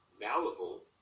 malleable